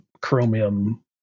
Chromium